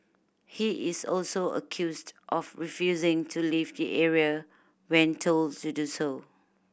he is also accused of refusing to leave the area when told to do so